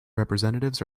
representatives